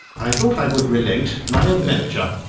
i thought i would relate my adventure.